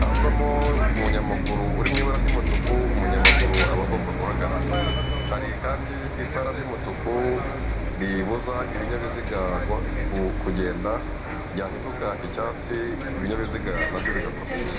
hazamo umunyamaguru uri mu ibara ry'umutuku umunyamaguru aba agomba guhagarara, hari kandi itara ry'umutuku ribuza ibinyabizi kugenda ryahinduka icyatsi ibinyabiziga nabyo bigakomeza.